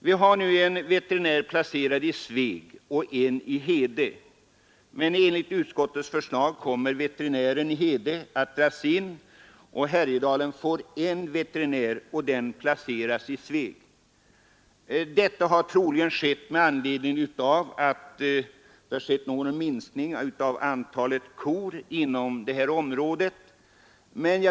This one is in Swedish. Vi har nu en veterinär placerad i Sveg och en i Hede, men enligt Kungl. Maj:ts proposition 178 kommer veterinärtjänsten i Hede att dras in. Härjedalen får därefter endast en veterinär, placerad i Sveg. Anledningen till detta är troligen att det har skett en minskning av antalet kor inom det här området.